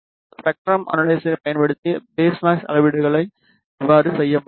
spectrum அனலைசரை பயன்படுத்தி phase noise அளவீடுகளை இவ்வாறு செய்ய முடியும்